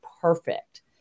perfect